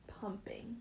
pumping